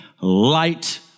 light